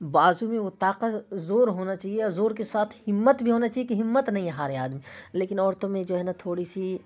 بازو میں وہ طاقت زور ہونا چاہیے اور زور کے ساتھ ہمت بھی ہونا چاہیے کہ ہمت نہیں ہارے آدمی لیکن عورتوں میں جو ہے نا تھوڑی سی